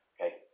Okay